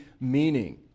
meaning